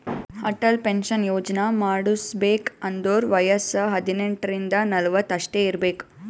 Atal pension Yojana ಮಾಡುಸ್ಬೇಕ್ ಅಂದುರ್ ವಯಸ್ಸ ಹದಿನೆಂಟ ರಿಂದ ನಲ್ವತ್ ಅಷ್ಟೇ ಇರ್ಬೇಕ್